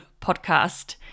PODCAST